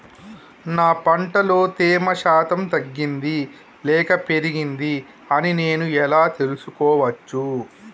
నా పంట లో తేమ శాతం తగ్గింది లేక పెరిగింది అని నేను ఎలా తెలుసుకోవచ్చు?